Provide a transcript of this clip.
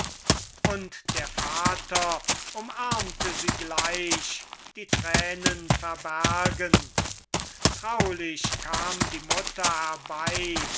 und der vater umarmte sie gleich die tränen verbergend traulich kam die mutter herbei